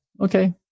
Okay